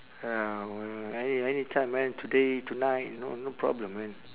ya uh any any time man today tonight no no problem man